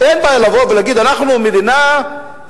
אין בעיה לבוא ולהגיד: אנחנו מדינה יהודית,